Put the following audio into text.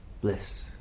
bliss